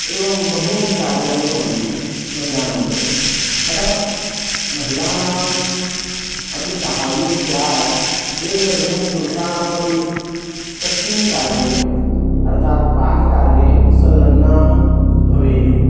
एवं बहूनि कार्याणि भवन्ति महिलानाङ्कृते अतः महिलानाम् अपि साहाय्यं स्यात् एतदर्थं पुरुषाणामपि तस्मिन् कार्ये अर्थात् पाककार्ये संलग्नाः भवेयुः